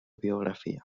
biografia